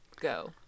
go